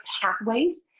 pathways